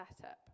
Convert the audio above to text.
setup